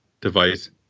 device